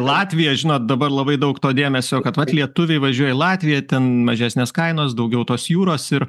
latvija žinot dabar labai daug to dėmesio kad vat lietuviai važiuoja į latviją ten mažesnės kainos daugiau tos jūros ir